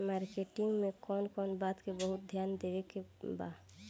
Marketing मे कौन कौन बात के बहुत ध्यान देवे के बा?